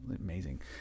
amazing